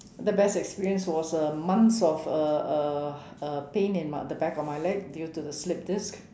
the best experience was uh months of uh uh uh pain in my the back of my leg due to the slipped disc